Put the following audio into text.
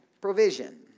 provision